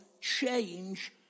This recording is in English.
change